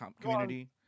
community